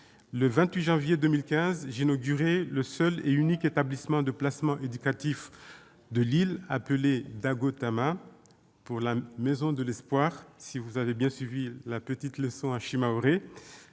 Le 28 janvier 2015, j'inaugurais le seul et unique établissement de placement éducatif de l'île, appelé, c'est-à-dire la « maison de l'espoir » si vous avez bien suivi la leçon de shimaoré,